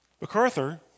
MacArthur